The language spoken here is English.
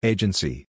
Agency